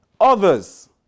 Others